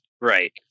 right